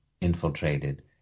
infiltrated